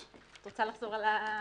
את מיד תתייחסי.